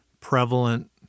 prevalent